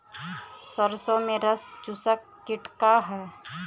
सरसो में रस चुसक किट का ह?